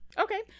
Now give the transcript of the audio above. Okay